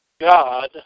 God